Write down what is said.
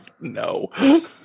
no